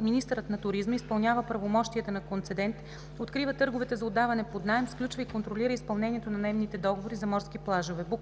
Министърът на туризма изпълнява правомощията на концедент, открива търговете за отдаване под наем, сключва и контролира изпълнението на наемните договори за морски плажове.“; б)